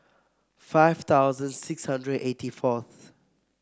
five thousand six hundred eighty fourth